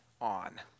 on